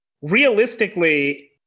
realistically